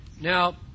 Now